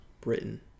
Britain